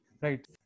right